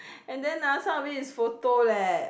and then ah some of it is photo leh